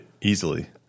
Easily